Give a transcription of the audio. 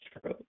true